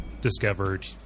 discovered